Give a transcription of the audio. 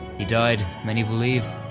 he died, many believe,